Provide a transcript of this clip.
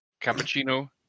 Cappuccino